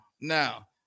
now